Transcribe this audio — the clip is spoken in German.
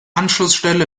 anschlussstelle